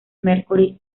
mercury